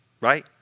right